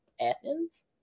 Athens